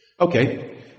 Okay